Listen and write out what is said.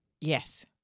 Yes